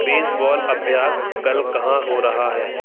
baseball अभ्यास कल कहाँ हो रहा है